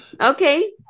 Okay